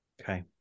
Okay